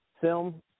film